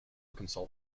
consult